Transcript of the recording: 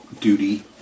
duty